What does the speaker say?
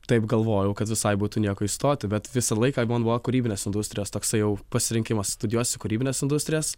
taip galvojau kad visai būtų nieko įstoti bet visą laiką man buvo kūrybinės industrijos toksai pasirinkimas studijuosiu kūrybines industrijas